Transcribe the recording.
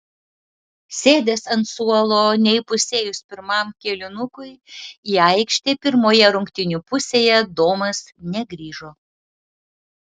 sėdęs ant suolo neįpusėjus pirmam kėlinukui į aikštę pirmoje rungtynių pusėje domas negrįžo